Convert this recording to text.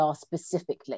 specifically